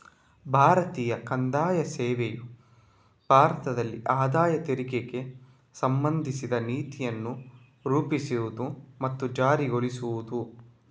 ಭಾರತೀಯ ಕಂದಾಯ ಸೇವೆಯು ಭಾರತದಲ್ಲಿ ಆದಾಯ ತೆರಿಗೆಗೆ ಸಂಬಂಧಿಸಿದ ನೀತಿಯನ್ನು ರೂಪಿಸುವುದು ಮತ್ತು ಜಾರಿಗೊಳಿಸುವುದು